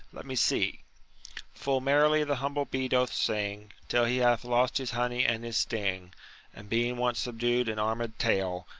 let me see full merrily the humble-bee doth sing till he hath lost his honey and his sting and being once subdu'd in armed trail,